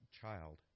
child